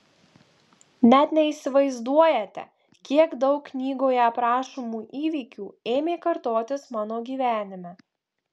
net neįsivaizduojate kiek daug knygoje aprašomų įvykių ėmė kartotis mano gyvenime